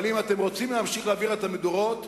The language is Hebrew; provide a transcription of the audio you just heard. אבל אם אתם רוצים להמשיך להבעיר את המדורות,